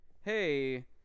hey